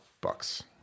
Bucks